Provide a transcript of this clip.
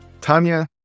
Tanya